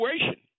situation